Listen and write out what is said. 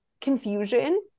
confusion